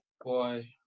Boy